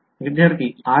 विध्यार्थी r cap